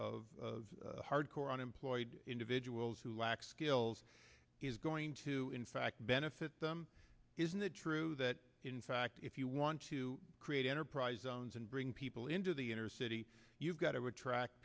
of hard core unemployed individuals who lack skills is going to in fact benefit them isn't it true that in fact if you want to create enterprise zones and bring people into the inner city you've got to attract